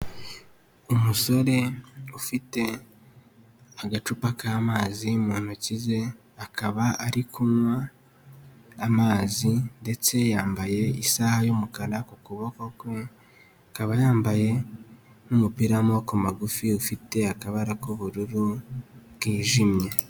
Umusore ufite agacupa k'amazi mu ntoki ze, akaba ari kunywa amazi ndetse yambaye isaha y'umukara ku kuboko kwe, ikaba yambaye umupira w'amaboko magufi ufite akabara k'ubururu bwijimye.